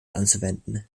anzuwenden